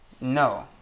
No